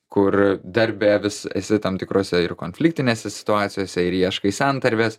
kur darbe vis esi tam tikrose ir konfliktinėse situacijose ir ieškai santarvės